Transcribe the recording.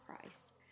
Christ